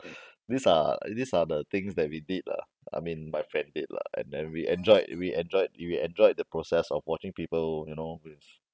these are these are the things that we did lah I mean my friend did lah and then we enjoyed we enjoyed we enjoyed the process of watching people you know